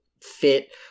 fit